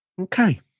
Okay